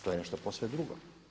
To je nešto posve drugo.